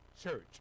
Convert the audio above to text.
church